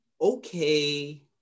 okay